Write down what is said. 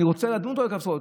אני רוצה לדון אותו לכף זכות.